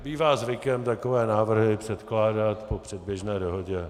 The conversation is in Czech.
Bývá zvykem takové návrhy předkládat po předběžné dohodě.